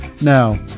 Now